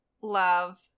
love